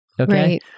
Okay